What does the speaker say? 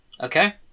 Okay